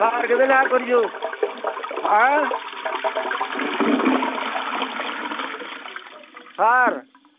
sir କେତେ ଲେଖାଁ କରିଛୁ ଆଏଁ ସାର୍